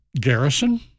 garrison